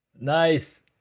Nice